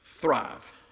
thrive